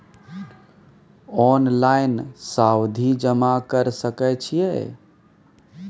Online सावधि जमा कर सके छिये?